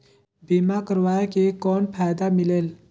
बीमा करवाय के कौन फाइदा मिलेल?